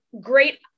Great